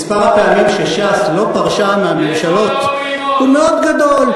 מספר הפעמים שש"ס לא פרשה מהממשלות הוא מאוד גדול.